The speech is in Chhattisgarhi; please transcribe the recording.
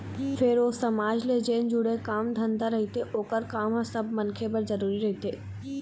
फेर ओ समाज ले जेन जुड़े काम धंधा रहिथे ओखर काम ह सब मनखे बर जरुरी रहिथे